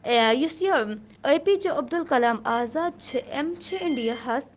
یُس یہِ A P J Abdul Kalam Azad چھِ أمۍ چھِ انڈیاہس